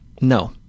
No